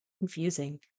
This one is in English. Confusing